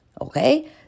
Okay